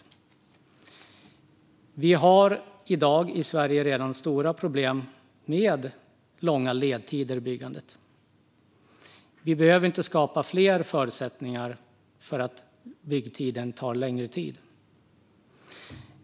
Det finns redan i dag i Sverige stora problem med långa ledtider i byggandet. Vi behöver inte skapa fler förutsättningar för längre byggtid.